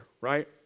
right